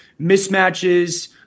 mismatches